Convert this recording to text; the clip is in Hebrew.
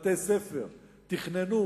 בתי-ספר תכננו,